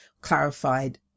clarified